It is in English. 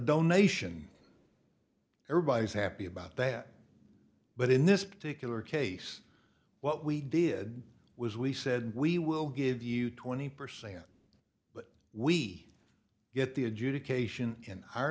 donation everybody is happy about that but in this particular case what we did was we said we will give you twenty percent but we get the adjudication